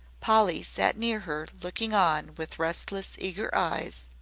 polly sat near her looking on with restless, eager eyes.